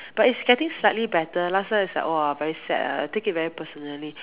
but it's getting slightly better last time is like !wah! very sad ah I take it very personally